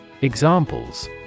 Examples